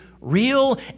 Real